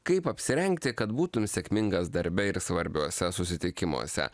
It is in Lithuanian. kaip apsirengti kad būtum sėkmingas darbe ir svarbiuose susitikimuose